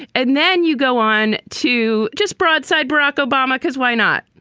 and then you go on to just broadside barack obama because why not?